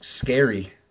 scary